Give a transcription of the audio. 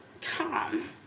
Tom